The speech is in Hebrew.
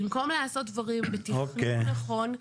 במקום לעשות דברים בכיוון הנכון,